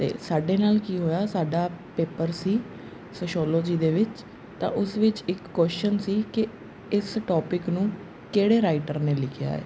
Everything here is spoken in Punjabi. ਅਤੇ ਸਾਡੇ ਨਾਲ ਕੀ ਹੋਇਆ ਸਾਡਾ ਪੇਪਰ ਸੀ ਸ਼ਸ਼ੋਲੌਜੀ ਦੇ ਵਿੱਚ ਤਾਂ ਉਸ ਵਿੱਚ ਇੱਕ ਕੁਅਸ਼ਚਨ ਸੀ ਕਿ ਇਸ ਟੋਪਿਕ ਨੂੰ ਕਿਹੜੇ ਰਾਈਟਰ ਨੇ ਲਿਖਿਆ ਹੈ